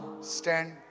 stand